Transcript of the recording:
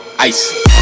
Ice